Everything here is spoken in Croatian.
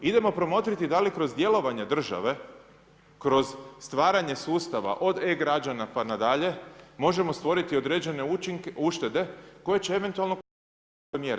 Idemo promotriti da li kroz djelovanje države, kroz stvaranje sustava od e-građana pa nadalje možemo stvoriti određene uštede koje će eventualno konpenzirati ove mjere.